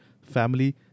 family